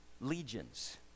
legions